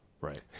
Right